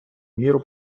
міру